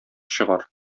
чыгар